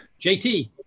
JT